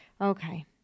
Okay